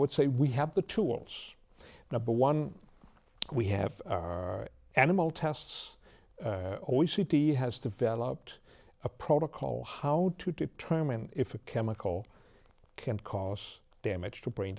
would say we have the tools now but one we have our animal tests always city has developed a protocol how to determine if a chemical can cause damage to brain